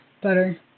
butter